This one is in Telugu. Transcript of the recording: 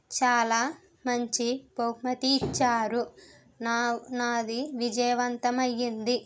చాలా మంచి బహుమతి ఇచ్చారు నా నాది విజయవంతం అయింది